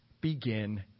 begin